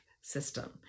system